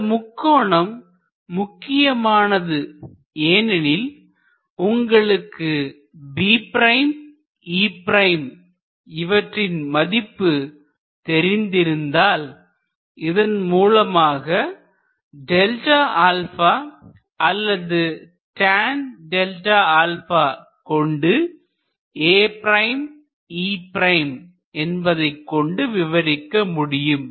இந்த முக்கோணம் முக்கியமானது ஏனெனில்உங்களுக்கு B' E' இவற்றின் மதிப்பு தெரிந்திருந்தால் இதன் மூலமாக Δ அல்லது tanΔ கொண்டு A' E' என்பதைக் கொண்டு விவரிக்க முடியும்